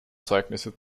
zeugnisse